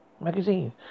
magazine